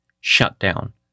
shutdown